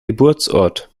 geburtsort